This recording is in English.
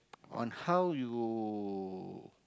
on how you